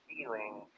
feeling